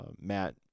Matt